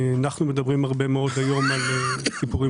אנחנו מדברים היום הרבה מאוד על התמדה